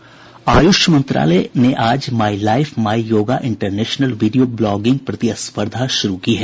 आयुष मंत्रालय ने आज my life my yoga international video blogging प्रतिस्पर्धा शुरू की है